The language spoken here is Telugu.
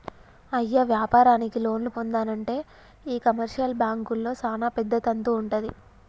అయ్య వ్యాపారానికి లోన్లు పొందానంటే ఈ కమర్షియల్ బాంకుల్లో సానా పెద్ద తంతు వుంటది